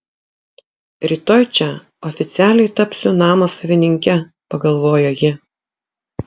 rytoj čia oficialiai tapsiu namo savininke pagalvojo ji